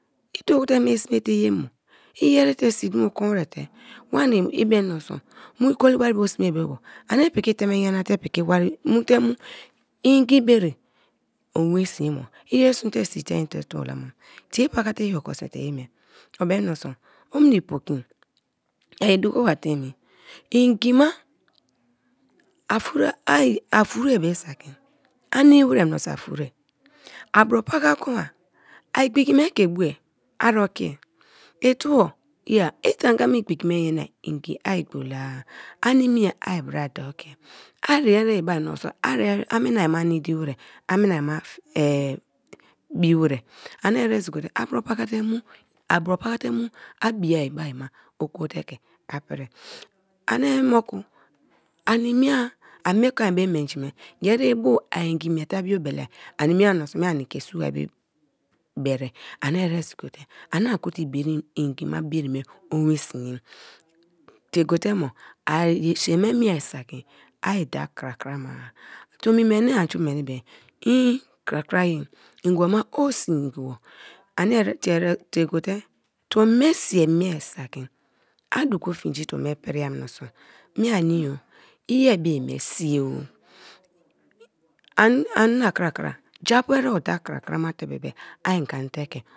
Itegote mie smete ye ye mo l-yerite sidumo konwja te wanii bem mienso mu ikoli wari bu sme be bo anic bem mienso mu ikoli wari bu sme be bo anic piki teme nyana te piki wari mutemu ngi bere o win sin mo lyeri sun te sitein te tuo lama, tie paka te i oko ame te ye mie o bem mieso omni poki a ye du ko ma te mi ngi ma a furue be saki ani ura mienso a for-e abro paka kuma ai igbiki me ke baar ari kia ituo yea i tanga me igbiki me nyanabngiii gbola-a animya ii bra daaokia, ari err iba mienso a miniima needy wra animnii ma bii wra ani eresi gote abro patate mu abro pakate mu a bii ba-aima akwo te ke a piri, ani mo kiebani mia a mie kon be minji me yeri ibu aingi miete a bioele-a ani mia meni ike su bori bu bere ani eresi gote anagote iberie ngi ma bire me owin sinya tie gote ma a sii me mie owin sinya tie gote ma a sii me mie saki i daa kra krama-a tonic meni anju meni bee inn krakra ye ngibo ina o sii ngibo tani tie go te tuo me sii mie saki a doku finji tuo be priai mienso mie anio i ye be me osi ani na kra kra jaapu ere o daa kra kra mate bebe a gante ke.